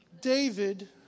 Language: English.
David